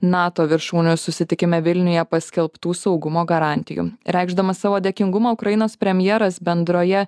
nato viršūnių susitikime vilniuje paskelbtų saugumo garantijų reikšdamas savo dėkingumą ukrainos premjeras bendroje